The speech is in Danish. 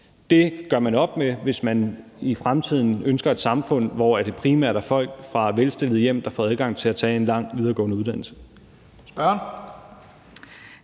Det gør man op med, hvis man i fremtiden ønsker et samfund, hvor det primært er folk fra velstillede hjem, der får adgang til at tage en lang videregående uddannelse.